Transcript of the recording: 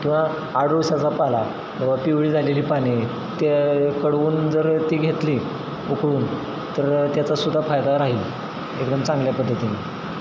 किंवा अडुळश्याचा पाला बाबा पिवळी झालेली पाने ते कढवून जर ती घेतली उकळून तर त्याचासुद्धा फायदा राहील एकदम चांगल्या पद्धतीनं